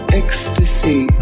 ecstasy